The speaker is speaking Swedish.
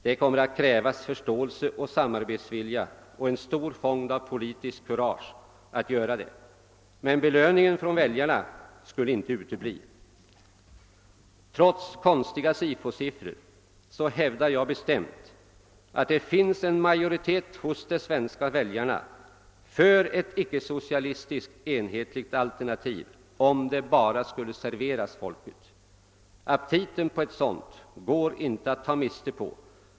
Det kommer att krävas förståelse och samarbetsvilja och en stor fond av politiskt kurage att göra det, men belöningen från väljarna skulle inte utebli. Trots konstiga SIFO-siffror hävdar jag bestämt att det finns en majoritet hos de svenska väljarna för ett ickesocialistiskt enhetligt alternativ, om det bara serverades folket. Aptiten på ett sådant alternativ går det inte att ta miste på.